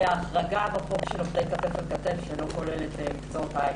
זה ההחרגה בחוק של עובדי כתף אל כתף שלא כוללת את מקצועות ההייטק.